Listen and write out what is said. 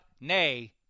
Nay